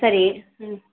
சரி ம்